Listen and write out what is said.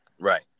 Right